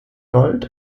gold